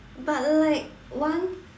but like one